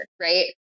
right